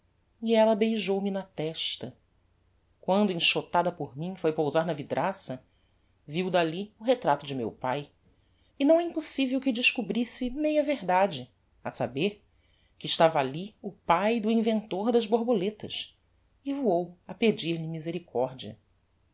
e ella beijou-me na testa quando enxotada por mim foi pousar na vidraça viu dalli o retrato de meu pae e não é impossivel que descobrisse meia verdade a saber que estava alli o pae do inventor das borboletas e voou a pedir-lhe misericordia